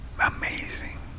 amazing